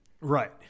Right